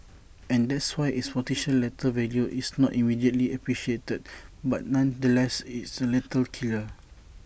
and that's why its potential lethal value is not immediately appreciated but nonetheless it's A lethal killer